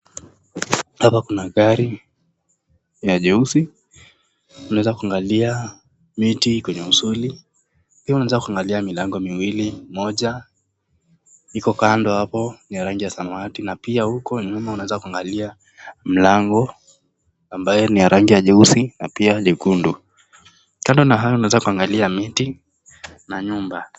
Hapa kuna gari ya jeusi unaweza kuangalia miti kwenye uzuri pia unaweza kuangalia milango miwili moja iko kando hapo ni ya rangi ya samawati na pia huko nyuma unaweza kuangalia mlango ambayo ni ya rangi jeusi na pia lekundu kando na hayo, unaweza kuangalia miti na nyumba.